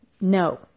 No